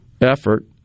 effort